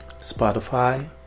Spotify